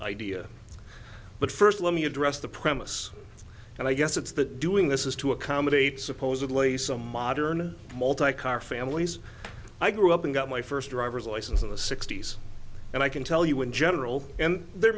idea but first let me address the premis and i guess it's the doing this is to accommodate supposedly so modern multi car families i grew up and got my first driver's license in the sixty's and i can tell you in general and there